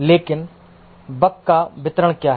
लेकिन बग का वितरण क्या है